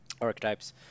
archetypes